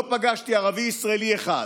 לא פגשתי ערבי ישראלי אחד